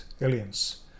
aliens